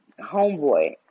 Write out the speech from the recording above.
homeboy